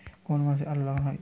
কোন মাসে আলু লাগানো হয়?